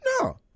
No